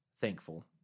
thankful